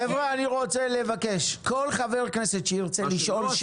חבר'ה, אני מבקש, כל חבר כנסת שירצה לשאול את